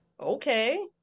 Okay